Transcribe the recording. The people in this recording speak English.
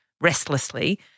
restlessly